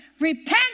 Repent